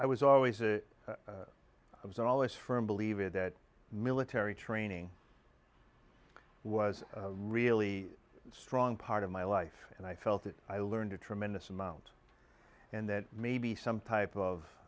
i was always a i was always firm believer that military training was a really strong part of my life and i felt that i learned a tremendous amount and that maybe some type of